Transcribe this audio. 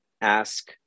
ask